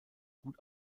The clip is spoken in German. gut